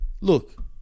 Look